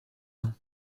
l’un